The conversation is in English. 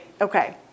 Okay